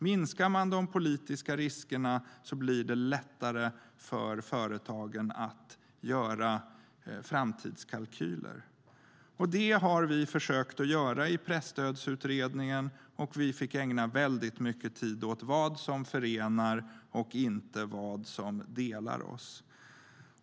Minskar man de politiska riskerna blir det lättare för företagen att göra framtidskalkyler. Det har vi försökt göra i Presstödsutredningen. Vi fick ägna väldigt mycket tid åt vad som förenar och inte vad som delar oss.